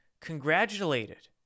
congratulated